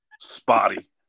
Spotty